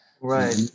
right